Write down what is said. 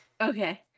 Okay